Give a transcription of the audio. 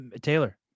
taylor